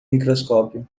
microscópio